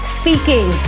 speaking